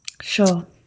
Sure